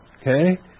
Okay